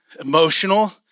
emotional